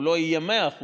הוא לא יהיה 100%,